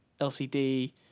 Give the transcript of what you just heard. lcd